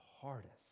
hardest